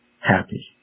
happy